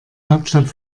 hauptstadt